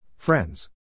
Friends